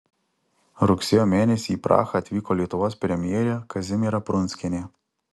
rugsėjo mėnesį į prahą atvyko lietuvos premjerė kazimiera prunskienė